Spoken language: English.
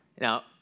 Now